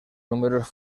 números